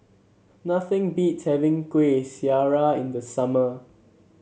nothing beats having Kueh Syara in the summer